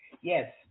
Yes